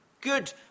good